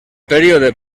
període